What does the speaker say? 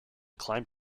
climb